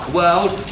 world